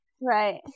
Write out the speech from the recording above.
Right